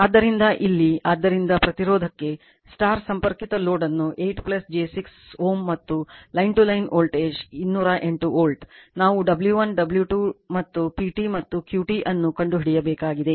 ಆದ್ದರಿಂದ ಇಲ್ಲಿ ಆದ್ದರಿಂದ ಪ್ರತಿರೋಧಕ್ಕೆ ಸ್ಟಾರ್ ಸಂಪರ್ಕಿತ ಲೋಡ್ ಅನ್ನು 8 j 6 Ω ಮತ್ತು line to line voltage 208 volt ನಾವು W1 ಮತ್ತು W2 ಮತ್ತು PT ಮತ್ತು Q T ಅನ್ನು ಕಂಡುಹಿಡಿಯಬೇಕಾಗಿದೆ